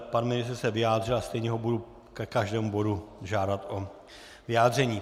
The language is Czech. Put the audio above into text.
Pan ministr se vyjádřil, ale stejně ho budu ke každému bodu žádat o vyjádření.